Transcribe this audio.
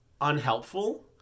unhelpful